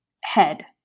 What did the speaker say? head